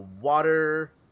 water